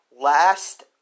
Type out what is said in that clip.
last